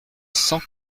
cent